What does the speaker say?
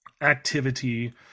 activity